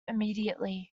immediately